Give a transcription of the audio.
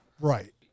Right